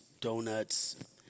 donuts